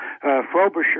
Frobisher